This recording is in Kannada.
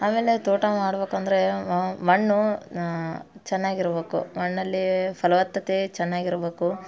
ಆಮೇಲೆ ತೋಟ ಮಾಡಬೇಕಂದ್ರೆ ಮಣ್ಣು ಚೆನ್ನಾಗಿರ್ಬೇಕು ಮಣ್ಣಲ್ಲಿ ಫಲವತ್ತತೆ ಚೆನ್ನಾಗಿರ್ಬೇಕು